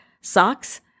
socks